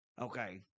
okay